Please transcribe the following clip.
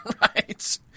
Right